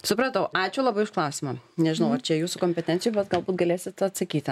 supratau ačiū labai už klausimą nežinau ar čia jūsų kompetencijoj bet galbūt galėsit atsakyti